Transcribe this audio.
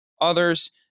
Others